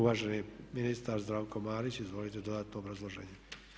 Uvaženi ministar Zdravko Marić, izvolite dodatno obrazloženje.